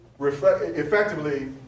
effectively